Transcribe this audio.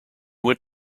went